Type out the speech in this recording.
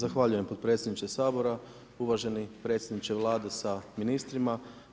Zahvaljujem potpredsjedniče Sabora, uvaženi predsjedniče Vlade sa ministrima.